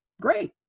Great